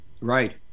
Right